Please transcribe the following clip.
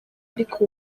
ariko